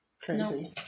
Crazy